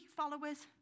followers